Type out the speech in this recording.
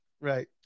right